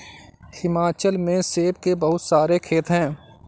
हिमाचल में सेब के बहुत सारे खेत हैं